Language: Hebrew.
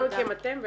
אז